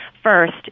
First